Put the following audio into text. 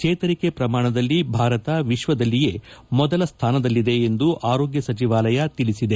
ಚೇತರಿಕೆ ಪ್ರಮಾಣದಲ್ಲಿ ಭಾರತ ವಿಶ್ವದಲ್ಲಿಯೇ ಮೊದಲ ಸ್ಣಾನದಲ್ಲಿದೆ ಎಂದು ಆರೋಗ್ಯ ಸಚಿವಾಲಯ ತಿಳಿಸಿದೆ